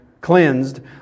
cleansed